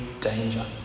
danger